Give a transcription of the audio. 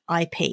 IP